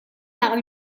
par